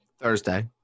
Thursday